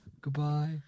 Goodbye